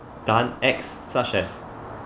done acts such as